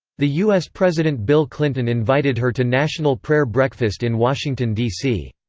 the us president bill clinton invited her to national prayer breakfast in washington, d c.